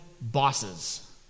bosses